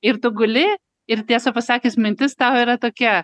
ir tu guli ir tiesą pasakius mintis tau yra tokia